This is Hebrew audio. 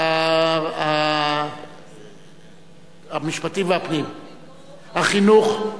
שר המשפטים, שר החינוך,